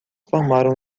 formaram